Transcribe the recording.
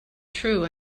true